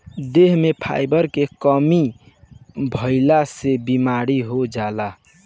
देह में फाइबर के कमी भइला से बीमारी हो जाला